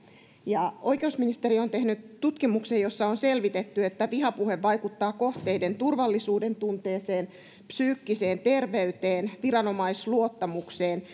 oikeusministeriö on tehnyt tutkimuksen jossa on selvitetty että vihapuhe vaikuttaa kohteiden turvallisuudentunteeseen psyykkiseen terveyteen viranomaisluottamukseen